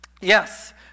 Yes